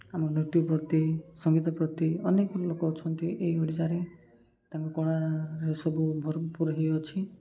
ଆମ ନୃତ୍ୟ ପ୍ରତି ସଙ୍ଗୀତ ପ୍ରତି ଅନେକ ଲୋକ ଅଛନ୍ତି ଏହି ଓଡ଼ିଶାରେ ତାଙ୍କ କଳାରେ ସବୁ ଭରପୁର ହୋଇଅଛି